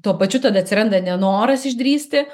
tuo pačiu tada atsiranda nenoras išdrįsti